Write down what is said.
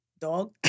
Dog